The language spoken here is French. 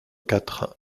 quatre